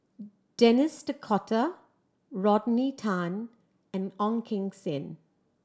Denis D'Cotta Rodney Tan and Ong Keng Sen